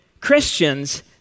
Christians